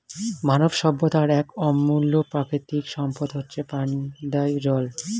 মানব সভ্যতার এক অমূল্য প্রাকৃতিক সম্পদ হচ্ছে প্রাণদায়ী জল